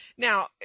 Now